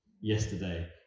Yesterday